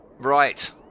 Right